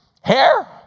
Hair